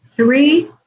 Three